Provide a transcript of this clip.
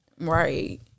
Right